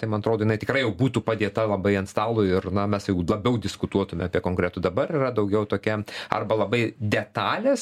tai man atrodo jinai tikrai jau būtų padėta labai ant stalo ir ir na mes jeigu labiau diskutuotume apie konkretų dabar yra daugiau tokia arba labai detalės